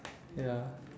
ya